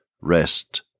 rest